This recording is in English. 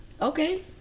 Okay